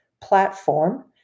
platform